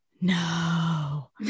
no